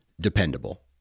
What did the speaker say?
dependable